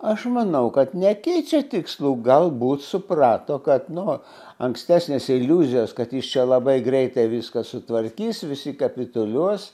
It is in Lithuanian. aš manau kad nekeičia tikslų galbūt suprato kad nu ankstesnės iliuzijos kad jis čia labai greitai viską sutvarkys visi kapituliuos